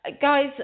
guys